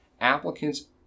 applicants